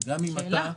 זאת שאלה.